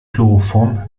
chloroform